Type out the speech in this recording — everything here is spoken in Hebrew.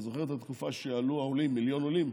אתה זוכר את התקופה שעלו העולים, מיליון עולים?